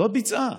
לא ביצעה.